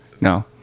No